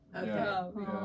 Okay